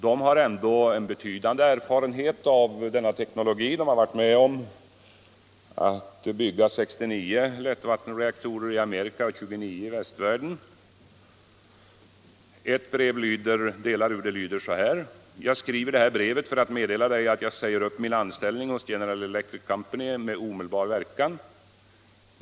De har betydande erfarenhet av denna teknologi. De har varit med om att bygga 69 lättvattenreaktorer i Amerika och 29 i västvärlden i övrigt. Delar av ett brev lyder på följande sätt: ”Jag skriver det här brevet för att meddela Dig att jag säger upp min anställning hos General Electric Company med omedelbar verkan.